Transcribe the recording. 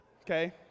Okay